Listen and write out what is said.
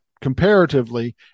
comparatively